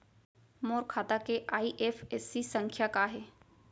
मोर खाता के आई.एफ.एस.सी संख्या का हे?